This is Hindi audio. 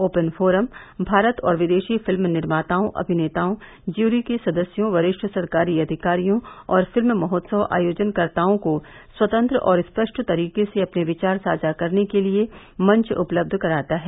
ओपन फोरम भारत और विदेशी फिल्म निर्माताओं अभिनेतओं ज्यूरी के सदस्यों वरिष्ठ सरकारी अधिकारियों और फिल्म महोत्सव आयोजनकर्ताओं को स्वतंत्र और स्पष्ट तरीके से अपने विचार साझा करने के लिए मंच उपलब्ध कराता है